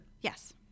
Yes